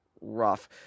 rough